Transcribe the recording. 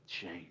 change